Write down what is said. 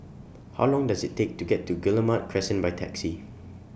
How Long Does IT Take to get to Guillemard Crescent By Taxi